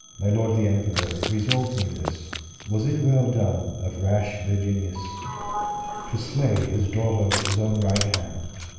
my lord the emperor, resolve me this was it well done of rash virginius to slay his daughter with his own right hand,